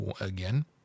again